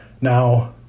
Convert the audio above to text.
now